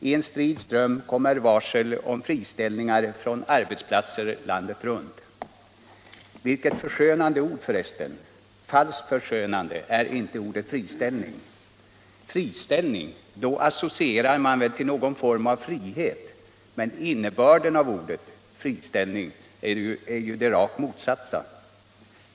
I en strid ström kommer varsel om friställningar från arbetsplatser landet runt. Vilket förskönande ord, falskt förskönande är inte ordet, friställning! Friställning, då associerar man väl till någon form av frihet, men innebörden av ordet friställning är ju raka motsatsen!